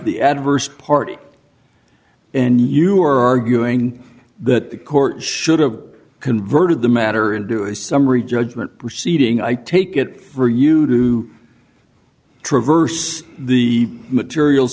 the adverse party and you are arguing that the court should have converted the matter into a summary judgment proceeding i take it for you to traverse the material